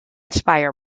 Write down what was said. speyer